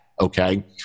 Okay